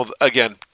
again